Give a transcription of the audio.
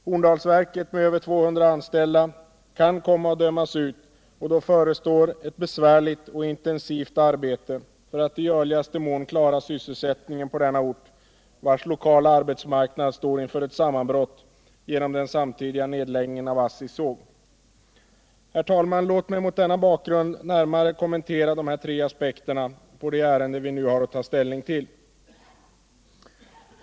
Horndalsverket med över 200 anställda kan komma att dömas ut, och då förestår ett besvärligt och intensivt arbete för att i görligaste mån klara sysselsättningen på denna ort, vars lokala arbetsmarknad står inför ett sammanbrott genom den samtidiga nedläggningen av ASSI:s såg. Herr talman! Låt mig mot denna bakgrund närmare kommentera dessa tre aspekter på det ärende vi nu har att ta ställning till.